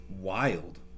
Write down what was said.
wild